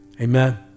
Amen